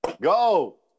Go